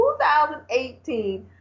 2018